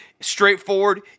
straightforward